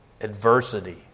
adversity